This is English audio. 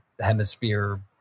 hemisphere